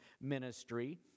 ministry